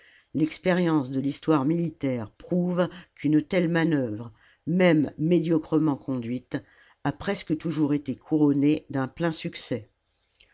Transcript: l'expérience de l'histoire militaire prouve qu'une telle manœuvre même médiocrement conduite a presque toujours été couronnée d'un plein succès